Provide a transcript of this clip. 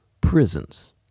prisons